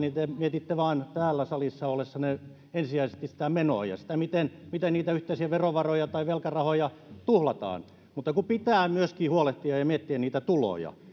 mietitte täällä salissa ollessanne ensisijaisesti vain menoja ja sitä miten miten niitä yhteisiä verovaroja tai velkarahoja tuhlataan mutta kun pitää myöskin huolehtia ja miettiä niitä tuloja